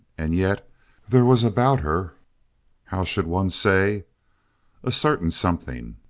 and yet there was about her how should one say a certain something.